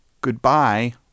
goodbye